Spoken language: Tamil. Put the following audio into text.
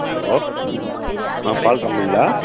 ஹலோ ஆ பால் கம்பெனிங்களா